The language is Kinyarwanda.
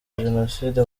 jenoside